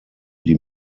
die